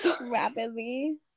rapidly